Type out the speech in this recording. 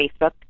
Facebook